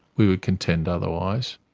we would contend otherwise.